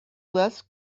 less